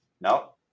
No